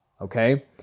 Okay